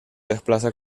desplaza